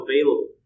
available